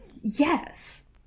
yes